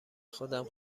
خودم